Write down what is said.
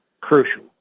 crucial